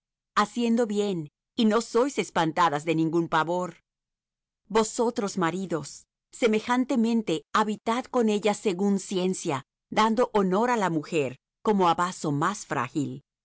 haciendo bien y no sois espantadas de ningún pavor vosotros maridos semejantemente habitad con ellas según ciencia dando honor á la mujer como á vaso más frágil